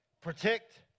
protect